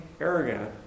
arrogant